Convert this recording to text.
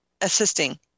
assisting